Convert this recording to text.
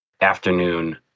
afternoon